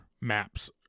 maps